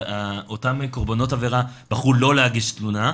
ואותם קורבנות עבירה בחרו לא להגיש תלונה,